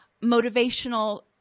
motivational